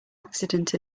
accident